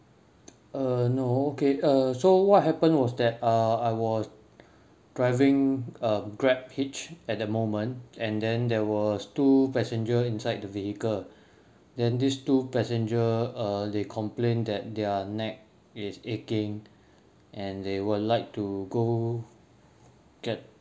uh no okay err so what happen was that uh I was driving a grab hitch at that moment and then there were two passenger inside the vehicle then these two passenger uh they complain that their neck is aching and they would like to go get